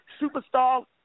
superstar